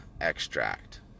extract